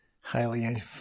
highly